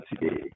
today